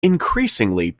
increasingly